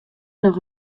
noch